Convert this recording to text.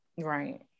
right